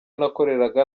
nakoreraga